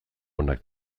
onak